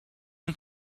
and